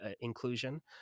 inclusion